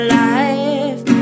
life